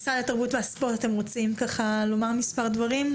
משרד התרבות והספורט, אתם רוצים לומר מספר דברים?